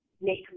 make